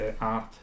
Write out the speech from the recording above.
art